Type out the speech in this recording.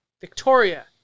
Victoria